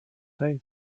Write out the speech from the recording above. they